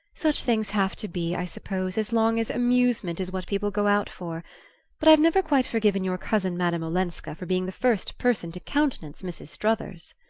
such things have to be, i suppose, as long as amusement is what people go out for but i've never quite forgiven your cousin madame olenska for being the first person to countenance mrs. struthers.